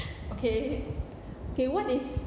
okay okay what is